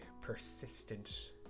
persistent